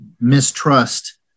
mistrust